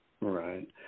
Right